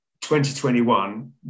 2021